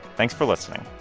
thanks for listening